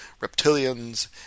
reptilians